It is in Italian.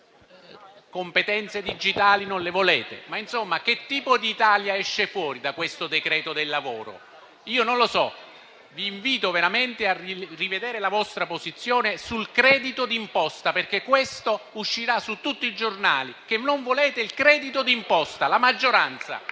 competenze digitali non le volete, ma insomma che tipo di Italia esce fuori da questo decreto lavoro? Io non lo so. Vi invito veramente a rivedere la vostra posizione sul credito d'imposta, perché quello che uscirà su tutti i giornali è che voi della maggioranza